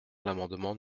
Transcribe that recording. l’amendement